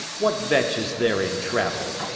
what vetch is there in travel?